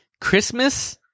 Christmas